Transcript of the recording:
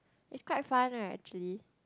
is quite fun right actually